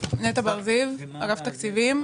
נטע בר זיו, אגף תקציבים.